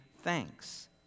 thanks